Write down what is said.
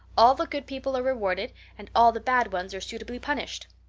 all the good people are rewarded and all the bad ones are suitably punished.